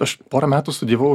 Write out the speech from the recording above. aš porą metų studijavau